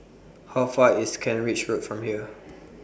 How Far away IS Kent Ridge Road from here